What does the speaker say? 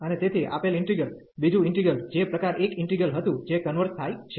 અને તેથી આપેલ ઇન્ટિગલ બીજું ઇન્ટિગલ જે પ્રકાર 1 ઇન્ટિગલ હતું જે કન્વર્ઝ થાય છે